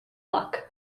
buck